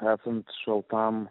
esant šaltam